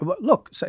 look